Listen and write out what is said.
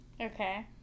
Okay